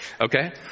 Okay